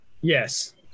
Yes